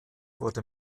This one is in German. wurde